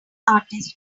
artist